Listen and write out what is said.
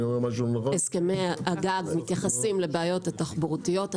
הסכמי הגג מתייחסים לבעיות התחבורתיות.